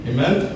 Amen